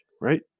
right